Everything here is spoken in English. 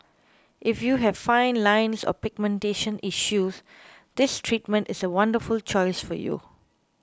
if you have fine lines or pigmentation issues this treatment is a wonderful choice for you